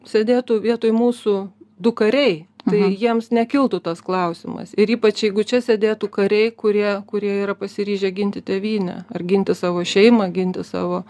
sėdėtų vietoj mūsų du kariai tai jiems nekiltų tas klausimas ir ypač jeigu čia sėdėtų kariai kurie kurie yra pasiryžę ginti tėvynę ar ginti savo šeimą ginti savo